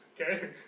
okay